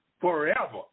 forever